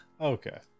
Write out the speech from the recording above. Okay